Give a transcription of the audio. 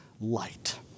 light